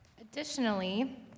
Additionally